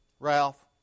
Ralph